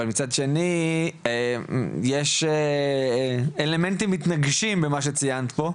אבל מצד שני יש אלמנטים מתנגשים במה שציינת פה.